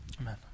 Amen